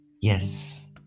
Yes